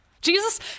Jesus